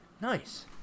Nice